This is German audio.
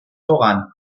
voran